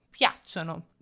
piacciono